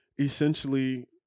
essentially